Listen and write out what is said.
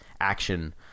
action